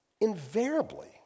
Invariably